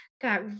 got